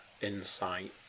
insight